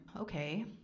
Okay